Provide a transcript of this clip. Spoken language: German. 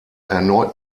erneut